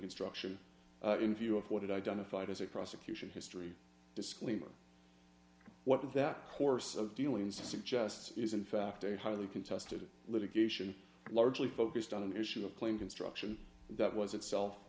construction in view of what it identified as a prosecution history disclaimer what that course of dealing suggests is in fact a highly contested litigation largely focused on an issue of claim construction that was itself